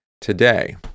today